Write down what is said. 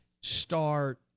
start